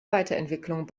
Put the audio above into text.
weiterentwicklung